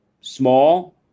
small